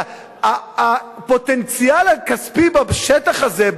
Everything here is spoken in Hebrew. הרי הפוטנציאל הכספי בשטח הזה,